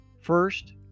First